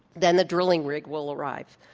then the drilling rig will arrive,